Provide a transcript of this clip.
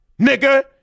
Nigga